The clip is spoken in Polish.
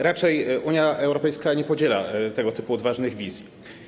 Raczej Unia Europejska nie podziela tego typu odważnych wizji.